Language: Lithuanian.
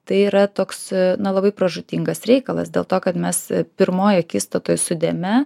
tai yra toks na labai pražūtingas reikalas dėl to kad mes pirmoj akistatoj su dėme